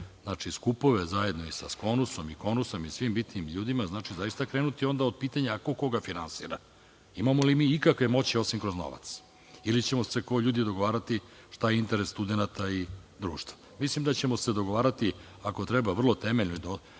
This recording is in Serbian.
radimo, skupove zajedno i sa Skonusom i Konusom i svim bitnim ljudima, zaista krenuti od pitanja ko koga finansira? Imamo li mi ikakve moći, osim kroz novac ili ćemo se ko ljudi dogovarati šta je interes studenata i društva? Mislim da ćemo se dogovarati, ako treba vrlo temeljno i